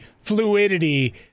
fluidity